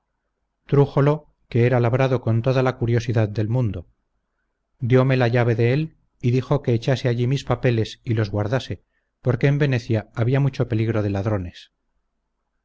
trújolo que era labrado con toda la curiosidad del mundo dio me la llave de él y dijo que echase allí mis papeles y los guardase porque en venecia había mucho peligro de ladrones